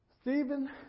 Stephen